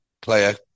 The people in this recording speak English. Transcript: Player